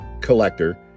collector